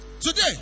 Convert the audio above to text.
Today